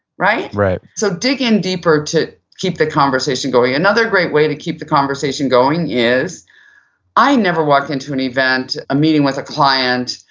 right? so dig in deeper to keep the conversation going another great way to keep the conversation going is i never walk into an event, a meeting with a client,